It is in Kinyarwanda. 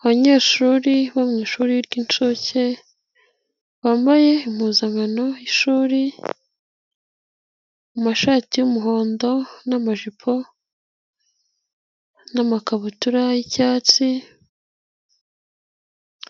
Abanyeshuri bo mu ishuri ry'inshuke bambaye impuzankano y'ishuri amashati y'umuhondo n'amajipo n'amakabutura y'icyatsi